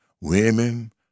Women